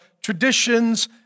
traditions